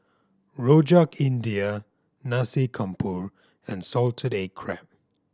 Rojak India Nasi Campur and salted egg crab